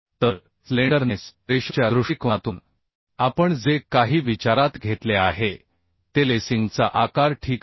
तर स्लेंडरनेस रेशोच्या दृष्टिकोनातून आपण जे काही विचारात घेतले आहे ते लेसिंगचा आकार ठीक आहे